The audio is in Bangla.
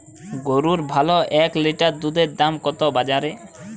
গরুর ভালো এক লিটার দুধের দাম কত বাজারে?